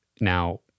now